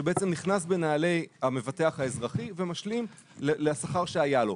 שבעצם נכנס בנעלי המבטח האזרחי ומשלים לשכר שהיה לו.